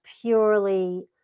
purely